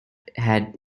had